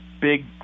big